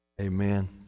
Amen